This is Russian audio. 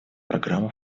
программу